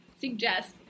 suggest